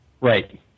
Right